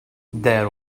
there